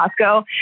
Costco